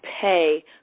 pay